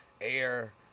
Air